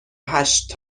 هشت